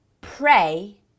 pray